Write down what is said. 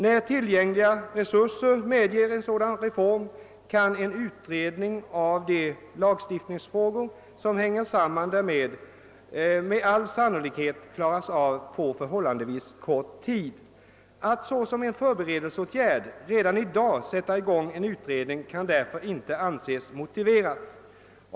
När tillgängliga resurser medger en sådan reform, kan en utredning av de lagstiftningsfrågor som hänger samman därmed med all sannolikhet klaras av på förhållandevis kort tid. Att såsom en förberedelseåtgärd redan i dag sätta igång en utredning kan därför inte anses motiverat.